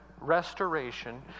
restoration